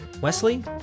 Wesley